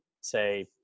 say